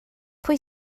pwy